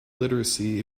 literacy